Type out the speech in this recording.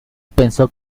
pensó